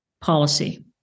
policy